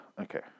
okay